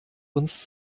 uns